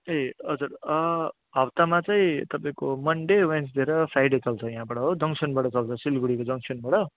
ए हजुर हप्तामा चाहिँ तपाईँको मनडे वेड्नेसडे र फ्राइडे चल्छ यहाँबाट हो जङसनबाट चल्छ सिलिगुडीको जङसनबाट